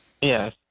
Yes